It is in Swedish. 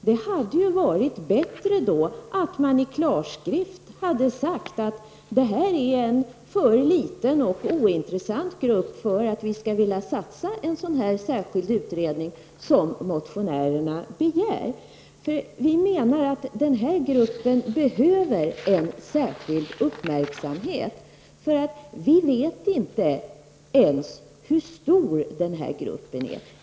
Det hade varit bättre om utskottet i klartext hade sagt att detta är en för liten och ointressant grupp för att man skall vilja satsa på den särskilda utredning som motionärerna begär. Vi motionärer menar att den här gruppen behöver en särskild uppmärksamhet. Vi vet inte ens hur stor gruppen är.